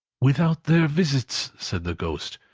without their visits, said the ghost,